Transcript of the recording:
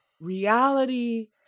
reality